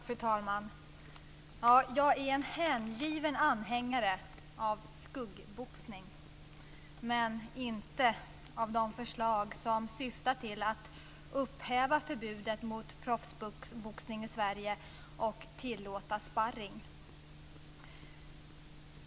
Fru talman! Jag är en hängiven anhängare av skuggboxning - men inte av de förslag som syftar till att upphäva förbudet mot proffsboxning i Sverige och tillåta sparring.